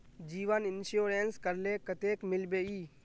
जीवन इंश्योरेंस करले कतेक मिलबे ई?